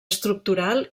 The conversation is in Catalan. estructural